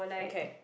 okay